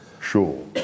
sure